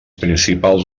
principals